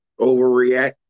overreact